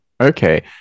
okay